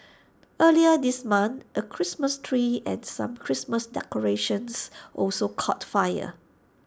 earlier this month A Christmas tree and some Christmas decorations also caught fire